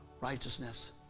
Righteousness